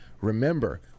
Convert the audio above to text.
remember